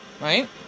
right